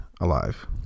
Alive